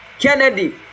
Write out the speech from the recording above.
Kennedy